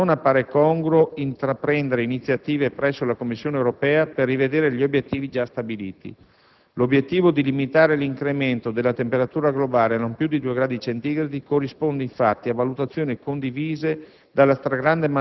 pertanto, non appare congruo intraprendere iniziative presso la Commissione europea per rivedere gli obiettivi già stabiliti. L'obiettivo di limitare l'incremento della temperatura globale a non più di 2 gradi centigradi corrisponde, infatti, a valutazioni condivise